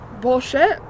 bullshit